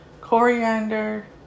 coriander